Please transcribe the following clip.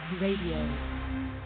Radio